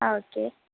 ആ ഓക്കേ